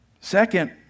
Second